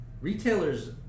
retailers